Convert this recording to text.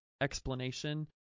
explanation